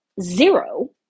zero